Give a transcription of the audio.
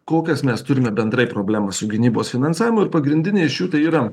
kokias mes turime bendrai problemas su gynybos finansavimu ir pagrindinė iš jų tai yra